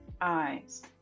eyes